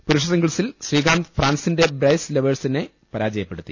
പുരുഷ സിംഗിൾസിൽ ശ്രീകാന്ത് ഫ്രാൻസിന്റെ ബ്രൈസ് ലവേർഡസിനെ പരാജയപ്പെടുത്തി